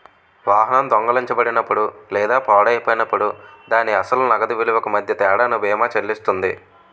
వాహనం దొంగిలించబడినప్పుడు లేదా పాడైపోయినప్పుడు దాని అసలు నగదు విలువకు మధ్య తేడాను బీమా చెల్లిస్తుంది